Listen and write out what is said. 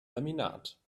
laminat